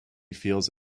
feels